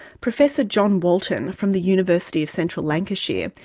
professor john walton from the university of central lancashire,